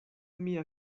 mia